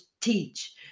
teach